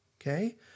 Okay